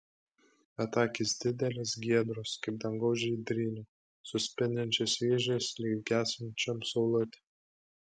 bet akys didelės giedros kaip dangaus žydrynė su spindinčiais vyzdžiais lyg gęstančiom saulutėm